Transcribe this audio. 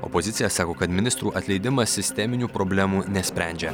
opozicija sako kad ministrų atleidimas sisteminių problemų nesprendžia